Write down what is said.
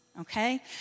okay